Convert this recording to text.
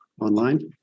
online